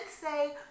say